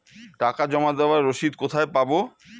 টাকা জমা দেবার রসিদ কোথায় পাব?